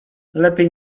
lepiej